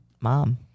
mom